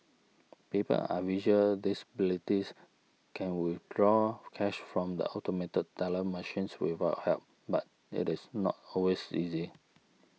people are visual disabilities can withdraw cash from the automated teller machines without help but it is not always easy